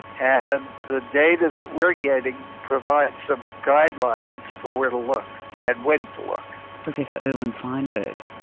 and the data that we're getting provides some guidelines for where to look and when to look. professor irwin feinberg.